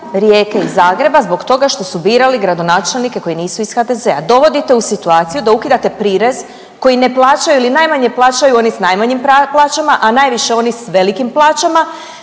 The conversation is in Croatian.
Rijeke i Zagreba zbog toga što su birali gradonačelnike koji nisu iz HDZ-a. Dovodite u situaciju da ukidate prirez koji ne plaćaju ili najmanje plaćaju oni s najmanjim plaćama, a najviše oni s velikim plaćama